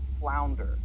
flounder